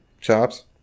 chops